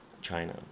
China